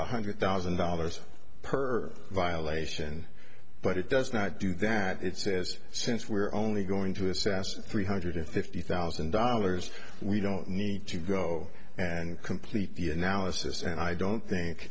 one hundred thousand dollars per violation but it does not do that it says since we're only going to assess three hundred fifty thousand dollars we don't need to go and complete the analysis and i don't think